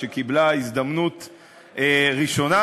שקיבלה הזדמנות ראשונה,